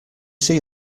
see